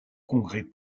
congrès